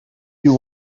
you